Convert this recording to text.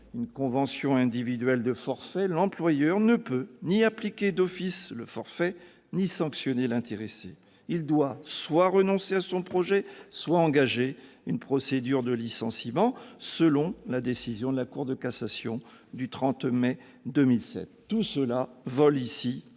une convention individuelle de forfait, l'employeur ne peut ni appliquer d'office le forfait ni sanctionner l'intéressé. Il doit soit renoncer à son projet, soit engager une procédure de licenciement, selon la décision de la Cour de cassation du 30 mai 2007. Tout cela vole en